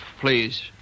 please